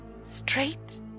straight